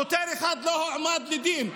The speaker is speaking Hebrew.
שוטר אחד לא הועמד לדין.